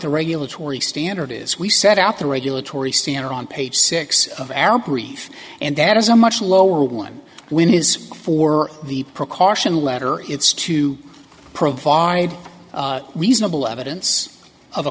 the regulatory standard is we set out the regulatory standard on page six of al green and that is a much lower one when is for the precaution letter it's to provide reasonable evidence of a